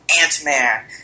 Ant-Man